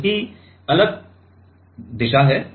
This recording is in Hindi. तो इसकी अलग दिशा है